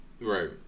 Right